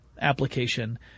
application